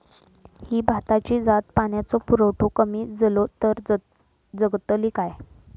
ही भाताची जात पाण्याचो पुरवठो कमी जलो तर जगतली काय?